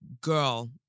girl